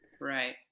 right